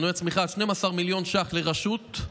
12 מיליון שקל לרשות.